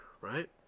right